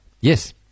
Yes